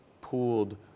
pooled